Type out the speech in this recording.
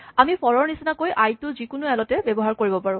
আমি ফৰ ৰ নিচিনাকৈ আই টো যিকোনো এল তে ব্যৱহাৰ কৰিব পাৰোঁ